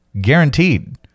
Guaranteed